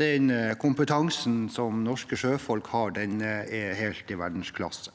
den kompetansen som norske sjøfolk har, er helt i verdensklasse.